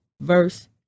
verse